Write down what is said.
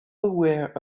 aware